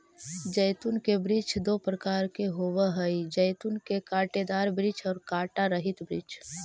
जैतून के वृक्ष दो प्रकार के होवअ हई जैतून के कांटेदार वृक्ष और कांटा रहित वृक्ष